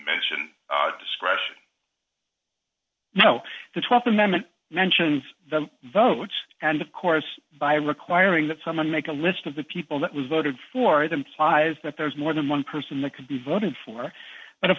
nation discretion no the th amendment mentions the votes and of course by requiring that someone make a list of the people that was voted for them plies that there's more than one person that could be voted for but of